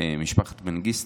משפחת מנגיסטו,